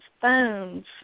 phones